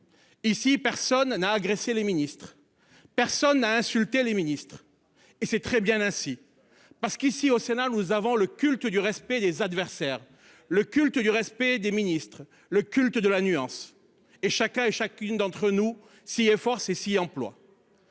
Ici, personne n'a agressé les ministres. Personne n'a insulté les ministres et c'est très bien ainsi. Parce qu'ici au Sénat, nous avons le culte du respect des adversaires. Le culte du respect des ministres, le culte de la nuance et chacun et chacune d'entre nous s'il fort s'y emploie.